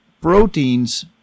Proteins